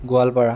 Goalpara